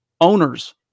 owners